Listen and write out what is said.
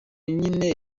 nyine